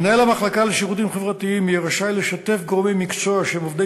מנהל המחלקה לשירותים חברתיים יהיה רשאי לשתף גורמי מקצוע שהם עובדי